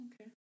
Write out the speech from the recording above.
okay